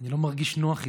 אני לא מרגיש נוח איתם.